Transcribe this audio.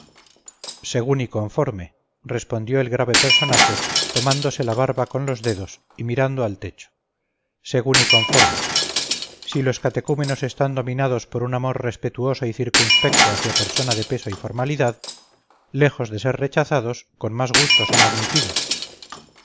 según y conforme respondió el grave personaje tomándose la barba con dos dedos y mirando al techo según y conforme si los catecúmenos están dominados por un amor respetuoso y circunspecto hacia persona de peso y formalidad lejos de ser rechazados con más gusto son admitidos